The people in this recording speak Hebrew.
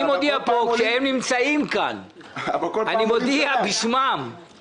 פה בשמם כשהם נמצאים כאן והם לא עומדים מאחורי זה.